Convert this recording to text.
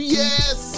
yes